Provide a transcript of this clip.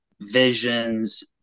visions